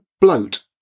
bloat